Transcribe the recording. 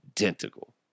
Identical